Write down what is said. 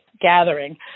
Gathering